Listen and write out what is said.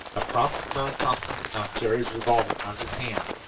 a prompt return compliment knocked jerry's revolver out of his hand.